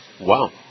Wow